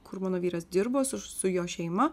kur mano vyras dirbo su su jo šeima